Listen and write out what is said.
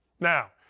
Now